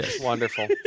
Wonderful